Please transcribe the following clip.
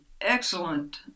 excellent